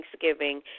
thanksgiving